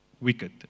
wicked